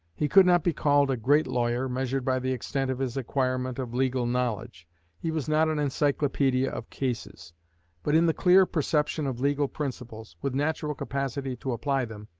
he could not be called a great lawyer, measured by the extent of his acquirement of legal knowledge he was not an encyclopaedia of cases but in the clear perception of legal principles, with natural capacity to apply them,